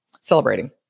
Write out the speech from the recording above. celebrating